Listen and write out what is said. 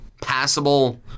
passable